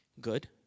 good